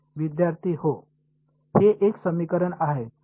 विद्यार्थी हो हे एक समीकरण आहे